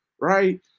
right